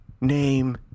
name